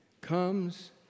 comes